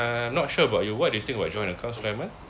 uh not sure about you what do you think about joint account sulaiman